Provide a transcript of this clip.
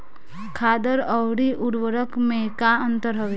खादर अवरी उर्वरक मैं का अंतर हवे?